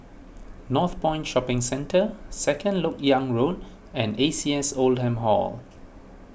Northpoint Shopping Centre Second Lok Yang Road and A C S Oldham Hall